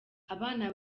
abana